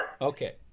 Okay